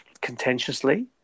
contentiously